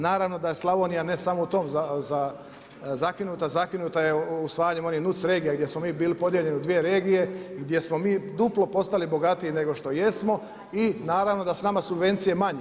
Naravno da Slavonija ne samo u tom zakinuta, zakinuta je usvajanjem onih NUC regija gdje smo mi bili podijeljeni u dvije regije, gdje smo mi duplo postali bogatiji nego što jesmo i naravno da su nama subvencije manje.